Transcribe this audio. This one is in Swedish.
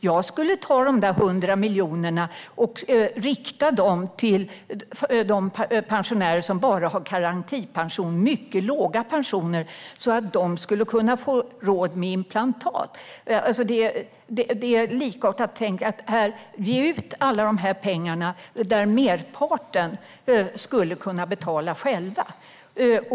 Jag skulle ta de 100 miljonerna och rikta dem till de pensionärer som bara har garantipension, en mycket låg pension, så att de skulle kunna få råd med implantat. Det är ett likartat tänk. Man ger ut alla de här pengarna, och de flesta av dem som får dem skulle kunna betala själva.